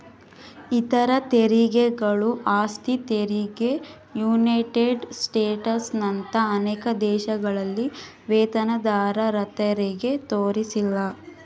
ಇತರ ತೆರಿಗೆಗಳು ಆಸ್ತಿ ತೆರಿಗೆ ಯುನೈಟೆಡ್ ಸ್ಟೇಟ್ಸ್ನಂತ ಅನೇಕ ದೇಶಗಳಲ್ಲಿ ವೇತನದಾರರತೆರಿಗೆ ತೋರಿಸಿಲ್ಲ